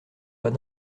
pas